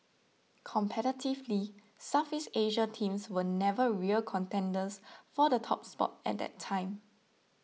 competitively Southeast Asian teams were never real contenders for the top spot at that time